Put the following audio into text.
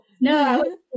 No